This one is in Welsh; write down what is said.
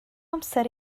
amser